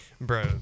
bro